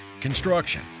construction